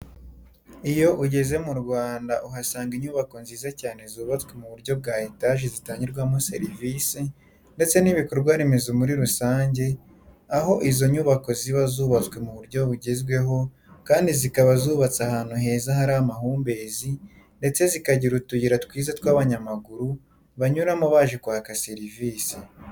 Iyo ugeze mu Rwanda uhasanga inyubako nziza cyane zubatswe mu buryo bya etaje zitangirwamo serivisi ndetse n'ibikorwaremezo muri rusange aho izo nyubako ziba zubatse mu buryo bugezweho kandi zikaba zubatse ahantu heza hari amahumbezi ndetse zikagira utuyira twiza tw'abanyamaguru banyuramo baje kwka serivisi.